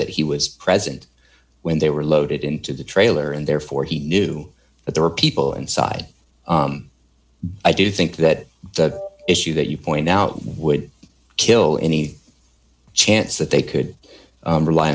that he was present when they were loaded into the trailer and therefore he knew that there were people inside i do think that the issue that you point out would kill any chance that they could rely